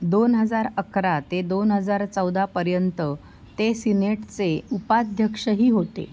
दोन हजार अकरा ते दोन हजार चौदापर्यंत ते सिनेटचे उपाध्यक्षही होते